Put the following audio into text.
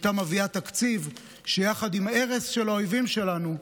היא הייתה מביאה תקציב שביחד עם הרס של האויבים שלנו,